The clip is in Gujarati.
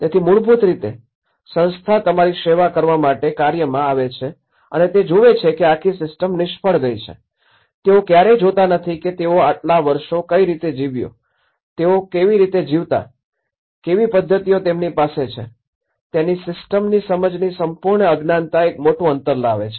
તેથી મૂળભૂત રીતે સંસ્થા તમારી સેવા કરવા માટે કાર્યમાં આવે છે અને તે જોવે છે કે આ આખી સિસ્ટમ નિષ્ફળ ગઈ છે તેઓ ક્યારેય જોતા નથી કે તેઓ આટલા વર્ષો કઈ રીતે જીવ્યો તેઓ કેવી રીતે જીવતા કેવી પદ્ધતિઓ તેમની પાસે છે તેથી સિસ્ટમની સમજની સંપૂર્ણ અજ્ઞાનતા એક મોટું અંતર લાવે છે